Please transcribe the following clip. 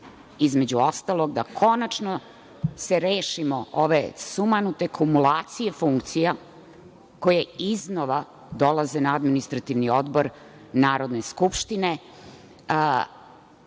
između ostalog, da konačno se rešimo ove sumanute kumulacije funkcija koje iznova dolaze na Administrativni odbor Narodne skupštine.